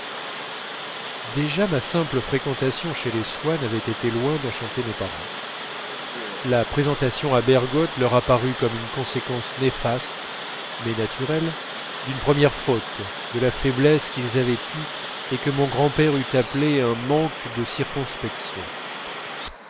déjà ma simple fréquentation chez les swann avait été loin d'enchanter mes parents la présentation à bergotte leur apparut comme une conséquence néfaste mais naturelle d'une première faute de la faiblesse qu'ils avaient eue et que mon grand-père eût appelée un manque de circonspection